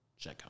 checkout